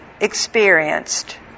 experienced